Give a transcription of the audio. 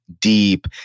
deep